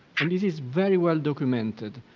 and this is very well documented,